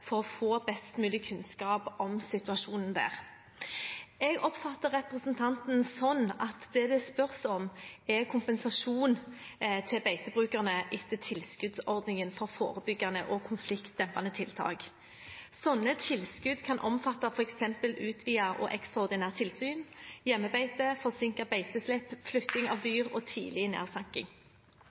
for å få best mulig kunnskap om situasjonen der. Jeg oppfatter representanten sånn at det det spørres om, er kompensasjon til beitebrukerne etter tilskuddsordningen for forebyggende og konfliktdempende tiltak. Slike tilskudd kan omfatte f.eks. utvidet og ekstraordinært tilsyn, hjemmebeite, forsinket beiteslipp, flytting av dyr og tidlig